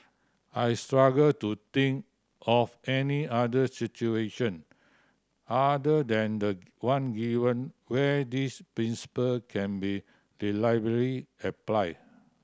I struggle to think of any other situation other than the one given where this principle can be reliably applied